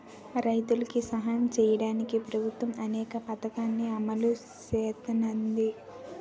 రైతులికి సాయం సెయ్యడానికి ప్రభుత్వము అనేక పథకాలని అమలు సేత్తన్నాది